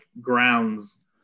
grounds